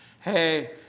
Hey